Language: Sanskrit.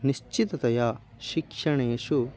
निश्चिततया शिक्षणेषु